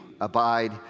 abide